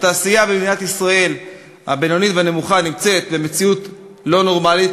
התעשייה הבינונית והנמוכה במדינת ישראל נמצאת במציאות לא נורמלית,